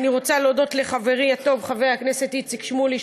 אני רוצה להודות לחברי הטוב חבר הכנסת איציק שמולי,